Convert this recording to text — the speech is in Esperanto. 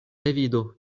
revido